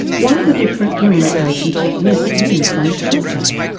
what are the different communication techniques used on the telephone?